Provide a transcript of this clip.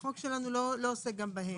החוק שלנו לא עוסק גם בהם.